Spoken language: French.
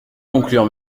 conclure